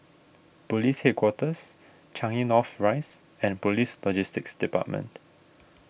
Police Headquarters Changi North Rise and Police Logistics Department